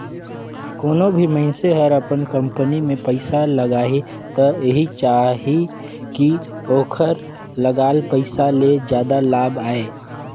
कोनों भी मइनसे हर अपन कंपनी में पइसा लगाही त एहि चाहही कि ओखर लगाल पइसा ले जादा लाभ आये